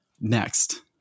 next